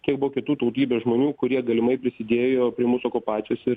kiek buvo kitų tautybės žmonių kurie galimai prisidėjo prie mūsų okupacijos ir